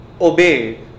obey